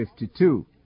52